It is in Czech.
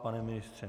Pane ministře?